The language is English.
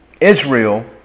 Israel